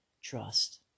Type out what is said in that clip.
trust